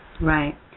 Right